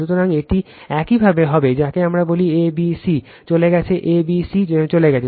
সুতরাং এটি একইভাবে হবে যাকে আমরা বলি a b c চলে গেছে a b c চলে গেছে